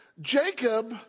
Jacob